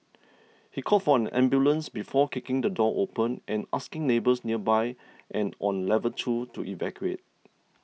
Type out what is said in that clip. he called for an ambulance before kicking the door open and asking neighbours nearby and on level two to evacuate